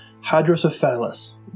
hydrocephalus